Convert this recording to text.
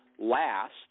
last